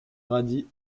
paradis